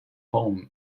home